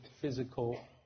physical